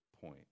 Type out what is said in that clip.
point